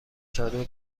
چادر